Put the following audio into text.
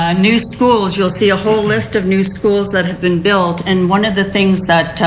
ah new schools you'll see a whole list of new schools that have been built. and one of the things that